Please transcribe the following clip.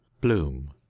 bloom